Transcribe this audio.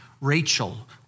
Rachel